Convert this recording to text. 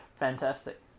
Fantastic